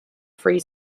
free